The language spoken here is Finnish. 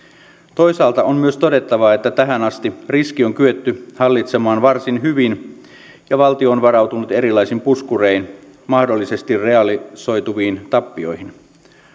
toisaalta on myös todettava että tähän asti riski on kyetty hallitsemaan varsin hyvin ja valtio on varautunut erilaisin puskurein mahdollisesti realisoituviin tappioihin